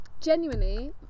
Genuinely